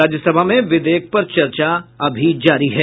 राज्यसभा में विधेयक पर चर्चा अभी जारी है